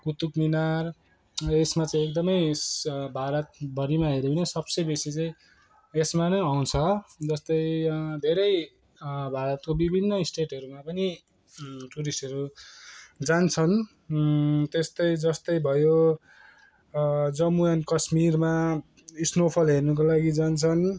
कुतुब मिनार यसमा चाहिँ एकदमै भारत भरिमा हेऱ्यो भने सबसे बेसी चाहिँ यसमा नै आउँछ जस्तै धेरै भारतका बिभिन्न स्टेटहरूमा पनि टुरिस्टहरू जान्छन् त्यस्तै जस्तै भयो जम्मु एन्ड कास्मिर स्नोफल हेर्नको लागि जान्छन्